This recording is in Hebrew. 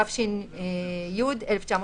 התש"י-1950,